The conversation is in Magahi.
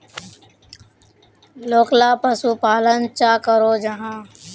लोकला पशुपालन चाँ करो जाहा?